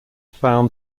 found